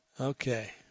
Okay